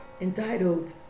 entitled